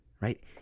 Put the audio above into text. right